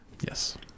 Yes